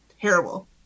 terrible